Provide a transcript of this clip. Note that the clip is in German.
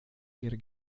ihr